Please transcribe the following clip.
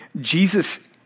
Jesus